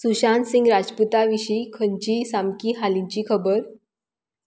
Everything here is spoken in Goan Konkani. सुशांत सिंग राजपूता विशीं खंयचीय सामकी हालींची खबर